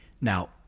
Now